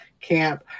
camp